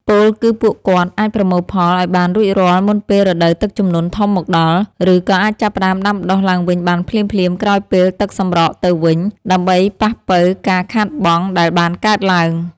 ពោលគឺពួកគាត់អាចប្រមូលផលឱ្យបានរួចរាល់មុនពេលរដូវទឹកជំនន់ធំមកដល់ ឬក៏អាចចាប់ផ្តើមដាំដុះឡើងវិញបានភ្លាមៗក្រោយពេលទឹកសម្រកទៅវិញ ដើម្បីប៉ះប៉ូវការខាតបង់ដែលបានកើតឡើង។